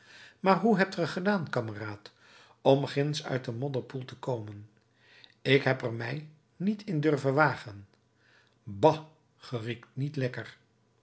maar hoe hebt ge gedaan kameraad om ginds uit den modderpoel te komen ik heb er mij niet in durven wagen ba ge riekt niet lekker